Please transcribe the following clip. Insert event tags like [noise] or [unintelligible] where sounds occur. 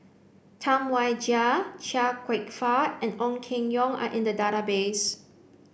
Tam Wai Jia Chia Kwek Fah and Ong Keng Yong are in the [unintelligible]